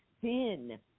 sin